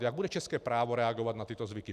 Jak bude české právo reagovat na tyto zvyky?